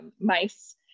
mice